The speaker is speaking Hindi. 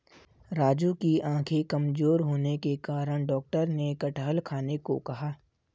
राजू की आंखें कमजोर होने के कारण डॉक्टर ने कटहल खाने को कहा